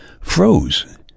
froze